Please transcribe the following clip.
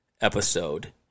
episode